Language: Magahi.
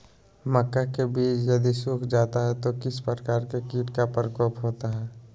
मक्का के बिज यदि सुख जाता है तो किस प्रकार के कीट का प्रकोप होता है?